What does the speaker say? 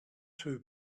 two